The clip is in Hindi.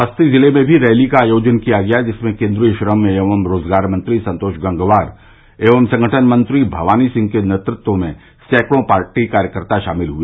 बरेली जिले में भी रैली का आयोजन किया गया जिसमें केन्द्रीय श्रम एवं रोजगार मंत्री संतोष गंगवार एवं संगठन मंत्री भवानी सिंह के नेतृत्व में सैकड़ों पार्टी कार्यकर्ता शामिल हुए